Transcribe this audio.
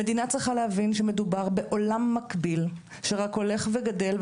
המדינה צריכה להבין שמדובר בעולם מקביל שרק הולך וגדל,